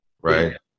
right